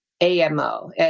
A-M-O